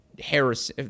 Harris